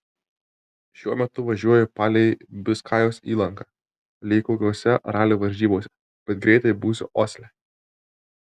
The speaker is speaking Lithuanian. šiuo metu važiuoju palei biskajos įlanką lyg kokiose ralio varžybose bet greit būsiu osle